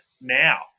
now